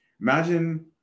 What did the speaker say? Imagine